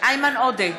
איימן עודה,